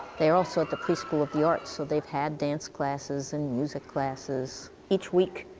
they are also at the preschool of the arts, so they've had dance classes and music classes. each week,